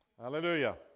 Hallelujah